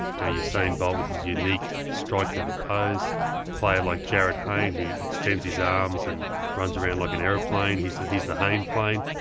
yeah usain bolt with his unique striking of a pose, a player like jarryd hayne who extends his arms and runs around like an aeroplane, he's the he's the hayne plane.